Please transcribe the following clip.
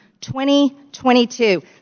2022